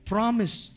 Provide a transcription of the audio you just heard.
Promise